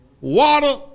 water